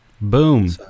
Boom